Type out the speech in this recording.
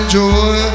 joy